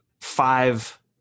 five